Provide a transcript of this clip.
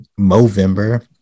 Movember